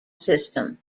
system